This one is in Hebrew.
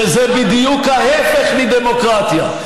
שזה בדיוק ההפך מדמוקרטיה.